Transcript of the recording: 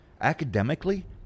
Academically